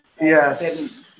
Yes